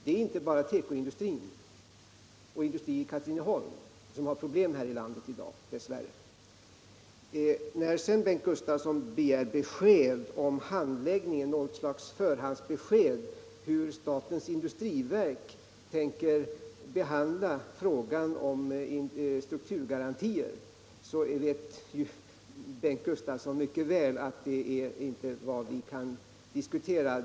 Det är inte bara tekoindustrin och industrin i Katrineholm som har problem här i landet i dag — dess värre. Sedan begär Bengt Gustavsson något slags förhandsbesked om hur statens industriverk tänker behandla frågan om strukturgarantier. Bengt Gustavsson vet mycket väl att vi inte kan diskutera det.